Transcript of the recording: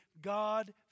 God